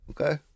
Okay